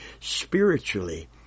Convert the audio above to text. spiritually